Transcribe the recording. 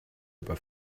über